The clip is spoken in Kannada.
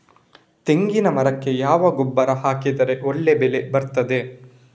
ತೆಂಗಿನ ಮರಕ್ಕೆ ಯಾವ ಗೊಬ್ಬರ ಹಾಕಿದ್ರೆ ಒಳ್ಳೆ ಬೆಳೆ ಬರ್ತದೆ?